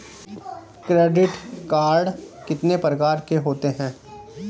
Credit card कितने प्रकार के होते हैं?